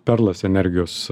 perlas energijos